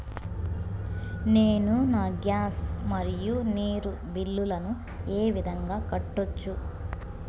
నేను నా గ్యాస్, మరియు నీరు బిల్లులను ఏ విధంగా కట్టొచ్చు?